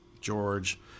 George